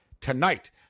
tonight